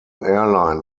airline